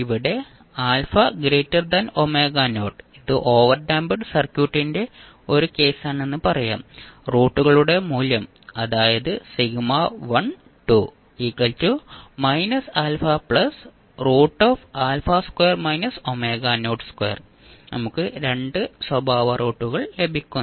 ഇവിടെ α ഇത് ഓവർഡാംപ്ഡ് സർക്യൂട്ടിന്റെ ഒരു കേസാണെന്ന് പറയാം റൂട്ടുകളുടെ മൂല്യം അതായത് നമുക്ക് 2 സ്വഭാവ റൂട്ടുകൾ ലഭിക്കുന്നു